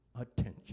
attention